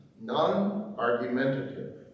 non-argumentative